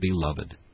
Beloved